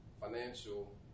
financial